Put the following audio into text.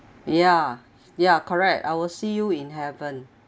ya ya correct I will see you in heaven